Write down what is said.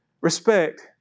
respect